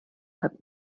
hat